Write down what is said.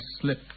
slip